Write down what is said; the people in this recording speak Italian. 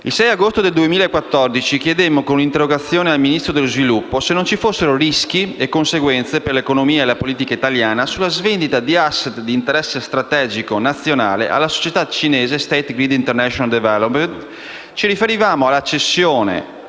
Il 6 agosto del 2014 chiedemmo, con un'interrogazione al Ministro dello sviluppo economico, se non ci fossero rischi e conseguenze per l'economia e la politica italiana sulla svendita di *asset* di interesse strategico nazionale alla società cinese State grid international development. Ci riferivamo alla cessione